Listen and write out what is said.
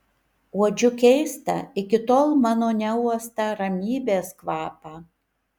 uodžiu keistą iki tol mano neuostą ramybės kvapą